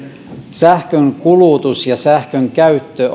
sähkönkulutus ja sähkönkäyttö